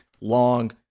long